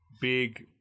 Big